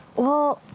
well,